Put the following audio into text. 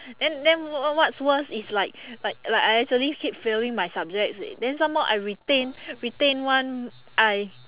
then then wh~ what what's worse is like like like I actually keep failing my subjects then some more I retain retain one I